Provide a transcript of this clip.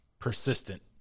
persistent